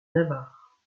navarre